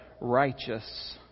righteous